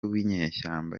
winyeshyamba